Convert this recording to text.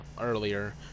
earlier